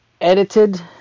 ...edited